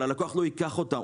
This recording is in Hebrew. אבל הלקוח לא ייקח אותה.